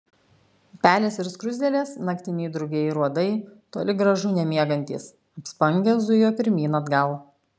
pelės ir skruzdėlės naktiniai drugiai ir uodai toli gražu nemiegantys apspangę zujo pirmyn atgal